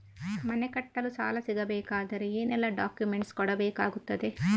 ಮನೆ ಕಟ್ಟಲು ಸಾಲ ಸಿಗಬೇಕಾದರೆ ಏನೆಲ್ಲಾ ಡಾಕ್ಯುಮೆಂಟ್ಸ್ ಕೊಡಬೇಕಾಗುತ್ತದೆ?